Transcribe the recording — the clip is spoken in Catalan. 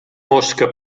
mosca